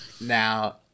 Now